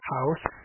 House